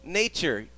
nature